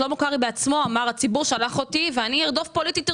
שלמה קרעי בעצמו אמר: הציבור שלח אותי ואני ארדוף פוליטית ארגונים.